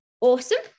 awesome